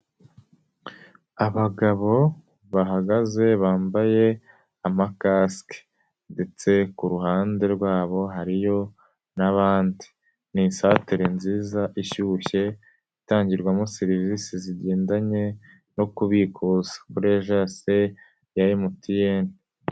Abagabo bahagaze bambaye amakasike ndetse ku ruhande rwabo hariyo n'abandi, ni isantere nziza ishyushye itangirwamo serivisi zigendanye no kubikuza kuri ajanse ya MTN.